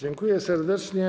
Dziękuję serdecznie.